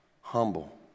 humble